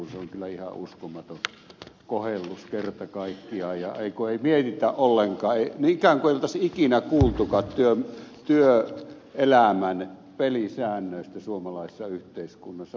se on kyllä ihan uskomaton kohellus kerta kaikkiaan kun ei mietitä ollenkaan ikään kuin ei olisi ikinä kuultukaan työelämän pelisäännöistä suomalaisessa yhteiskunnassa